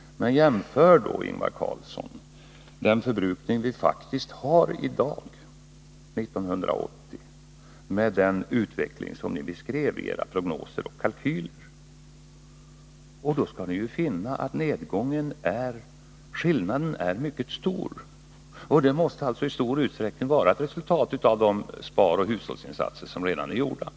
Men jämför då, Ingvar Carlsson, den användning som vi faktiskt har i dag, 1980, med den utveckling som ni beskrev i era prognoser och kalkyler. Då finner ni att skillnaden är mycket stor. Detta måste i stor utsträckning vara ett resultat av de sparoch hushållsinsatser som gjorts.